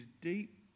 deep